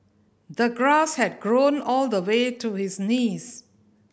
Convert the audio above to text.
the grass had grown all the way to his knees